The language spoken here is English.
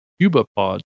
CubaPod